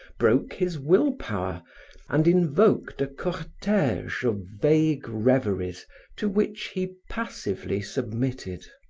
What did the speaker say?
broke his will power and invoked a cortege of vague reveries to which he passively submitted.